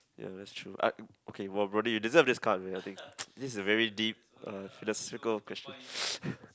ya that's true I okay !wow! brother you deserved this card man I think this is a very deep uh philosophical question